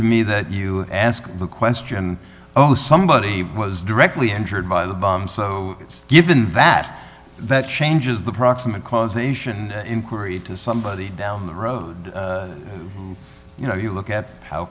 to me that you ask the question oh somebody was directly injured by the bomb so given that that changes the proximate cause ation inquiry to somebody down the road you know you look at how